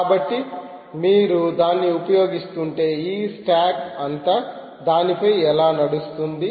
కాబట్టి మీరు దాన్ని ఉపయోగిస్తుంటే ఈ స్టాక్ అంతా దానిపై ఎలా నడుస్తుంది